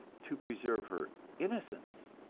to preserve her innocence.